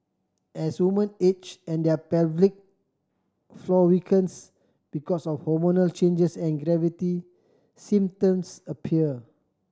as woman age and their pelvic floor weakens because of hormonal changes and gravity symptoms appear